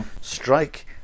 Strike